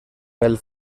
pel